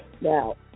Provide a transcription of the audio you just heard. Now